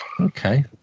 Okay